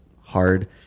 hard